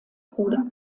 bruder